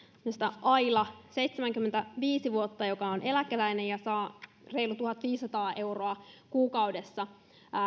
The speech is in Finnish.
aila seitsemänkymmentäviisi vuotta joka on eläkeläinen ja saa reilut tuhatviisisataa euroa kuukaudessa